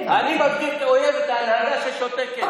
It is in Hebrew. אני מגדיר כאויב את ההנהלה ששותקת,